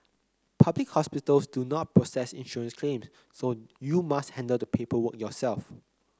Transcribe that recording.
public hospitals do not process insurance claim so you must handle the paperwork yourself